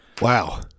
wow